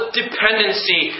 dependency